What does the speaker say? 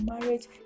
marriage